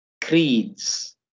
creeds